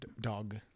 Dog